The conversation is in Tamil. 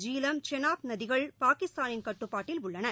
ஜீலம் செனாப் நதிகள் பாகிஸ்தானின் கட்டுப்பாட்டில் உள்ளன